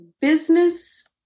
business